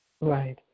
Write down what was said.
Right